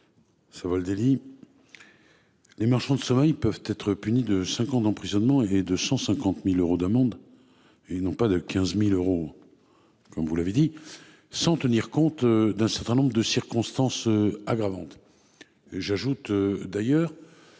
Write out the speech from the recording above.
Savoldelli. Les marchands de sommeil peuvent être punis de 5 ans d'emprisonnement et de 150.000 euros d'amende. Et non pas de 15.000 euros. Comme vous l'avez dit, sans tenir compte d'un certain nombre de circonstances aggravantes. J'ajoute d'ailleurs.